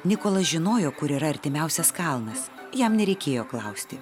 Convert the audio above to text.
nikolas žinojo kur yra artimiausias kalnas jam nereikėjo klausti